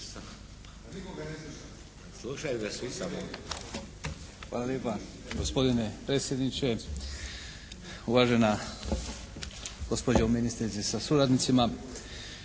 Hvala lijepa gospodine predsjedniče, uvažena gospođo ministrice sa suradnicima,